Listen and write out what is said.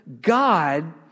God